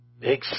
big